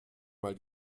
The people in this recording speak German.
mal